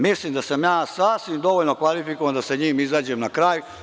Mislim da sam ja sasvim dovoljno kvalifikovan da sa njim izađem na kraj.